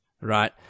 right